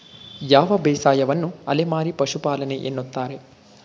ಯಾವ ಬೇಸಾಯವನ್ನು ಅಲೆಮಾರಿ ಪಶುಪಾಲನೆ ಎನ್ನುತ್ತಾರೆ?